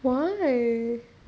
why